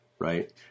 right